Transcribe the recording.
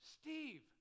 Steve